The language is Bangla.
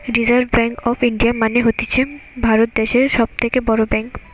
রিসার্ভ ব্যাঙ্ক অফ ইন্ডিয়া মানে হতিছে ভারত দ্যাশের সব থেকে বড় ব্যাঙ্ক